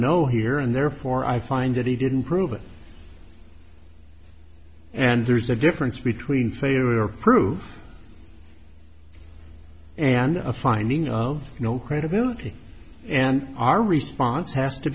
know here and therefore i find that he didn't prove it and there's a difference between failure proof and a finding of no credibility and our response has to